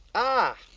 ah!